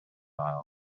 aisle